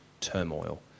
turmoil